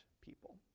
people